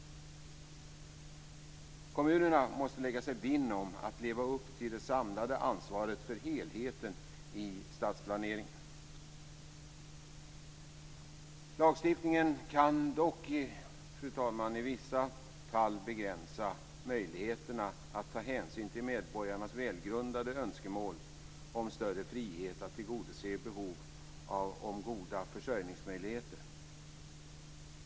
Kommunerna måste lägga sig vinn om att leva upp till det samlade ansvaret för helheten i stadsplaneringen. Lagstiftningen kan dock, fru talman, i vissa fall begränsa möjligheterna att ta hänsyn till medborgarnas välgrundade önskemål om större frihet att tillgodose behov av goda försörjningsmöjligheter.